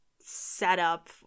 setup